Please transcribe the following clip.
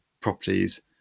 properties